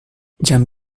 jam